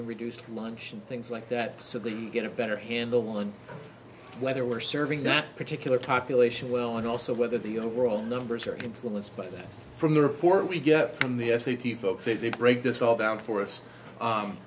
or reduced lunch and things like that simply get a better handle on whether we're serving that particular talk relation well and also whether the overall numbers are influenced by that from the report we get from the s a t folks if they break this all down for us